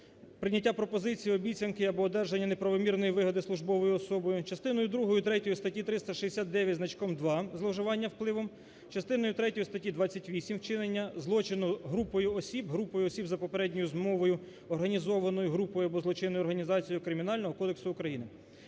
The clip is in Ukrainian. "Прийняття пропозиції, обіцянки або одержання неправомірної вигоди службовою особою"; частиною другою і третьою статті 369 із значком 2 "Зловживання впливом"; частиною третьою статті 28 "Вчинення злочину групою осіб… групою осіб за попередньою змовою, організованою групою або злочинною організацією" Кримінального кодексу України.